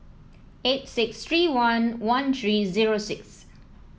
eight six three one one three zero six